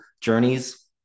journeys